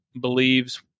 believes